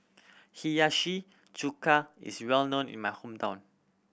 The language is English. Hiyashi Chuka is well known in my hometown